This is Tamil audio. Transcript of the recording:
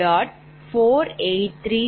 84920